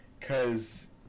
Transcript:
cause